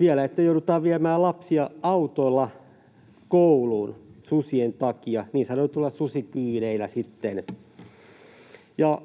vielä viemään lapsia autoilla kouluun susien takia, niin sanotuilla susibiileillä. Ja